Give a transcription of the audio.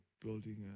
building